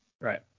right